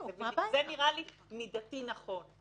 זה נראה לי מידתי נכון.